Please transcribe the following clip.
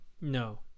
No